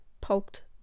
poked